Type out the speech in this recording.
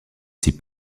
six